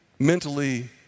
Mentally